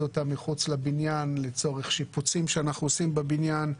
אותם מחוץ לבניין לצורך שיפוצים שאנחנו עושים בבניין,